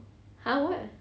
!huh! what